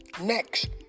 Next